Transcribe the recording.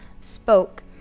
spoke